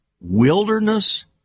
wilderness